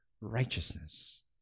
righteousness